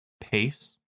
pace